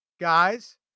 guys